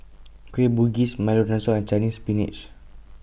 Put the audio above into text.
Kueh Bugis Milo Dinosaur and Chinese Spinach